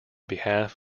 behalf